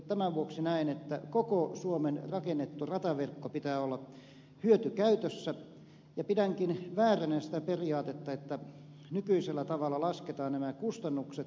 tämän vuoksi näen että koko suomen rakennetun rataverkon pitää olla hyötykäytössä ja pidänkin vääränä sitä periaatetta että nykyisellä tavalla lasketaan nämä kustannukset